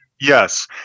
Yes